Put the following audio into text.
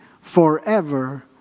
forever